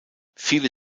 viele